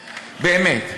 באמת.